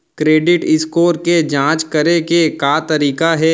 Credit score के जाँच करे के का तरीका हे?